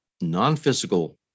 non-physical